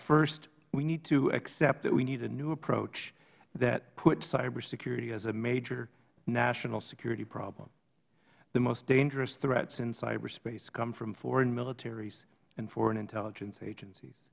first we need to accept that we need a new approach that puts cyber security as a major national security problem the most dangerous threats in cyberspace come from foreign military and foreign intelligence agencies